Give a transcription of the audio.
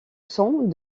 sang